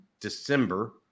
December